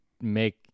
make